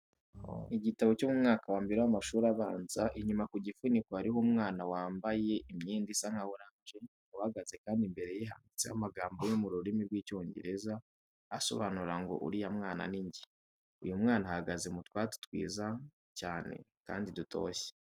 Igitabo cyo mu mwaka wa mbere w'amashuri abanza, inyuma ku gifuniko hariho umwana wambaye imyenda isa nka oranje uhagaze kandi imbere ye handitseho amagambo yo mu rurimi rw'Icyongereza asobanura ngo uriya mwana ni nge. Uyu mwana ahagaze mu twatsi twiza cyane kandi dutoshye.